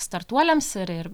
startuoliams ir ir